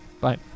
Bye